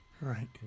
Right